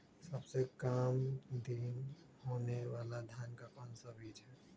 सबसे काम दिन होने वाला धान का कौन सा बीज हैँ?